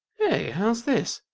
hey! how's this?